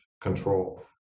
control